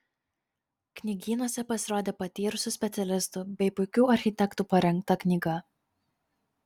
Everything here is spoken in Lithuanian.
knygynuose pasirodė patyrusių specialistų bei puikių architektų parengta knyga